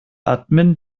admin